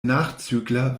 nachzügler